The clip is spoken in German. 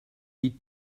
die